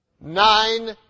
Nine